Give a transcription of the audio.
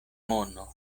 mono